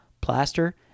plaster